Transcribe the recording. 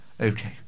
Okay